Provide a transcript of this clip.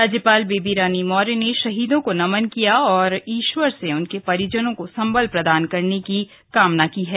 राज्यपाल बेबी रानी मौर्य ने शहीदों को नमन किया और ईश्वर से उनके परिजनों को संबल प्रदान करने की कामना की है